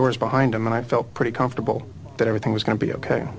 doors behind him and i felt pretty comfortable that everything was going to be ok